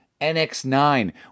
NX9